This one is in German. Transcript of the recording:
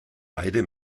beide